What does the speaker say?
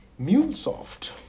MuleSoft